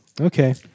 Okay